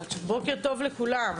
בוקר טוב לכולם.